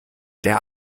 der